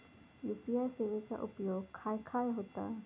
UPI सेवेचा उपयोग खाय खाय होता?